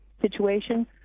situation